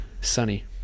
sunny